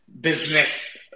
business